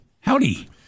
Howdy